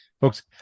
folks